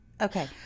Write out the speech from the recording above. okay